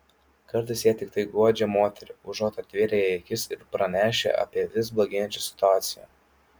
kartais jie tiktai guodžia moterį užuot atvėrę jai akis ir pranešę apie vis blogėjančią situaciją